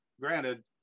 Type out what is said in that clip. granted